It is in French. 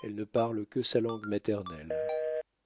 elle ne parle que sa langue maternelle